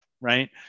right